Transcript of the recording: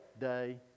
day